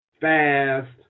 fast